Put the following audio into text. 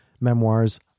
memoirs